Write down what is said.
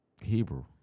Hebrew